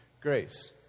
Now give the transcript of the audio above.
grace